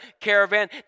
caravan